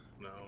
No